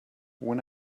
when